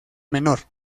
menor